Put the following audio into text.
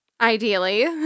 ideally